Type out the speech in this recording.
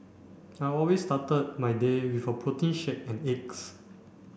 I always started my day with a protein shake and eggs